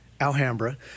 Alhambra